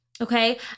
Okay